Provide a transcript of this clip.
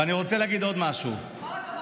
ואני רוצה להגיד עוד משהו, כל הכבוד.